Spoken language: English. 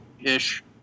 ish